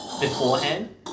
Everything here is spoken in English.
Beforehand